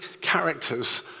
characters